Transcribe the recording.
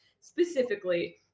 specifically